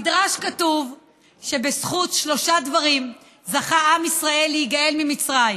במדרש כתוב שבזכות שלושה דברים זכה עם ישראל להיגאל ממצרים: